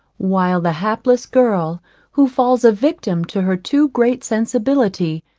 while the hapless girl who falls a victim to her too great sensibility,